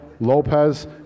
Lopez